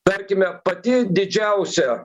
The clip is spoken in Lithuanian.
tarkime pati didžiausia